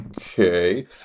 okay